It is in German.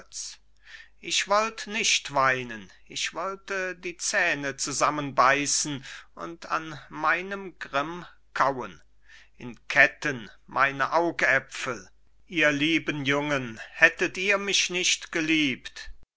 ich wollt nicht weinen ich wollte die zähne zusammenbeißen und an meinem grimm kauen in ketten meine augäpfel ihr lieben jungen hättet ihr mich nicht geliebt